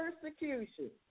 persecution